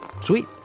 Sweet